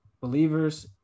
believers